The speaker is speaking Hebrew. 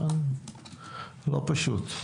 לא פשוט.